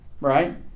right